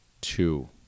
two